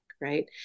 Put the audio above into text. Right